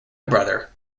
brother